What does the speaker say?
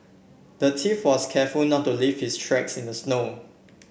the thief was careful not to leave his tracks in the snow